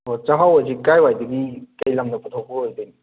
ꯍꯣꯏ ꯆꯥꯛꯍꯥꯎ ꯑꯁꯤ ꯀꯥꯏꯋꯥꯏꯗꯒꯤ ꯀꯩ ꯂꯝꯅ ꯄꯨꯊꯣꯛꯄ ꯑꯣꯏꯗꯣꯏꯅꯣ